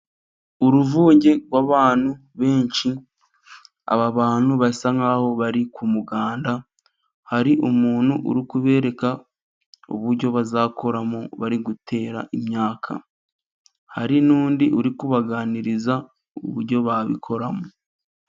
Uruvunge rw'abantu benshi，aba bantu basa nk'aho bari ku muganda， hari umuntu uri kubereka uburyo bazakoramo bari gutera imyaka. Hari n'undi uri kubaganiriza， uburyo babikoramo.